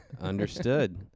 Understood